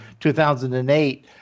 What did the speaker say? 2008